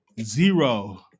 zero